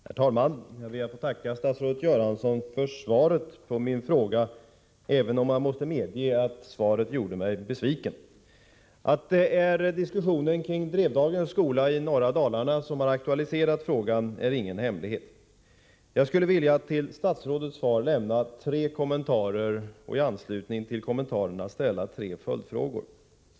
Herr talman! Jag ber att få tacka statsrådet Göransson för svaret på min fråga, även om jag måste medge att svaret gjorde mig besviken. Att det är diskussionen kring Drevdagens skola i norra Dalarna som har aktualiserat frågan är ingen hemlighet. Jag skulle till statsrådets svar vilja lämna tre kommentarer och i anslutning till kommentarerna ställa tre följdfrågor.